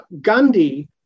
Gandhi